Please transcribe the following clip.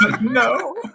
No